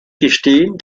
gestehen